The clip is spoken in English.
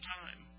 time